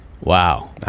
wow